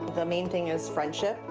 the main thing is friendship,